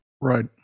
right